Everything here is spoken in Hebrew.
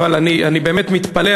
אבל אני באמת מתפלא,